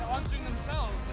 answering themselves